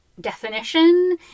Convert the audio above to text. definition